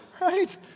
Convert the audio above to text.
right